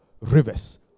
rivers